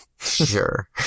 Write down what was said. Sure